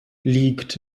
liegt